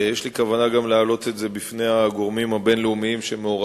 יש לי כוונה גם להעלות את זה בפני הגורמים הבין-לאומיים שמעורבים,